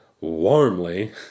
warmly